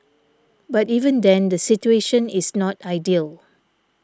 but even then the situation is not ideal